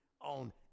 on